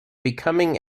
becoming